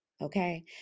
okay